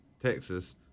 Texas